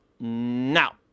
now